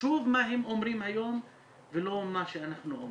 חשוב מה הם אומרים היום ולא מה שאנחנו אומרים,